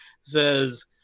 says